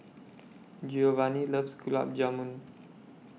Geovanni loves Gulab Jamun